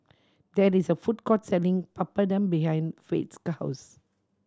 there is a food court selling Papadum behind Fate's house